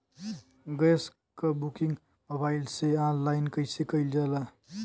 Gas क booking mobile से online कईसे कईल जाला?